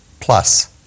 plus